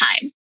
time